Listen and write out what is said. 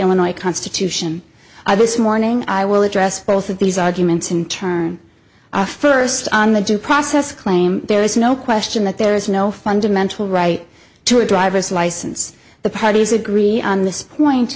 illinois constitution i this morning i will address both of these arguments in turn our first on the due process claim there is no question that there is no fundamental right to a driver's license the parties agree on this point